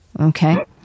okay